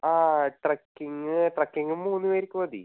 ആ trekking trekking മൂന്ന് പേർക്ക് മതി